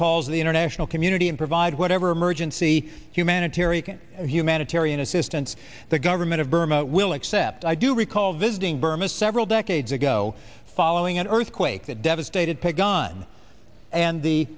calls of the international community and provide whatever emergency humanitarian humanitarian assistance the government of burma will accept i do recall visiting burma several decades ago following an earthquake that devastated pig on and the